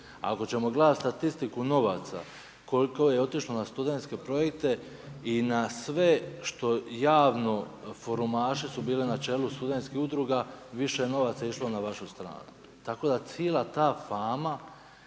Ako ćemo gledati statistiku novaca koliko je otišlo na studentske projekte i na sve što javno forumaši su bili na čelu studentskih udruga, više je novaca išlo na vašu stranu. Tako da cijela ta fama